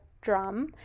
drum